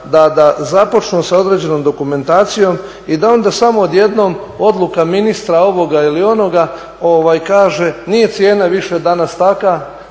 da započnu sa određenom dokumentacijom i da onda samo odjednom odluka ministra ovoga ili onoga kaže nije cijena više danas takva,